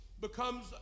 becomes